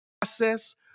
process